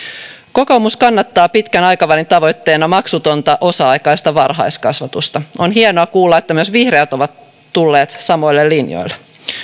kokoomus kannattaa pitkän aikavälin tavoitteena maksutonta osa aikaista varhaiskasvatusta on hienoa kuulla että myös vihreät ovat tulleet samoille linjoille